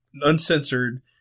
uncensored